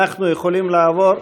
אנחנו יכולים לעבור,